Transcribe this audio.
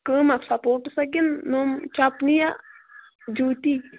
کَم اکھ سَپوٹٕسا کِنہٕ ہُم چَپنہِ یا جوٗتی